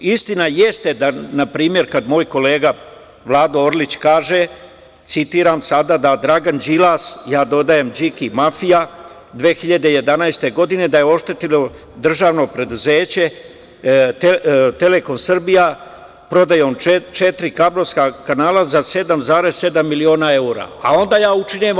Istina jeste da, na primer, kad moj kolega Vlada Orlić kaže, citiram sada, da je Dragan Đilas, ja dodajem „Điki Mafija“, 2011. godine oštetio državno preduzeće „Telekom Srbija“ prodajom četiri kablovska kanala za 7,7 miliona evra, a onda ja učinim „Au“